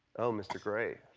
oh, mr. grey.